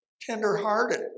Tender-hearted